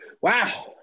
Wow